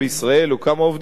או כמה עובדים הוא יעסיק,